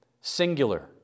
singular